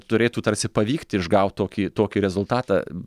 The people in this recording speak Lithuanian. turėtų tarsi pavykti išgaut tokį tokį rezultatą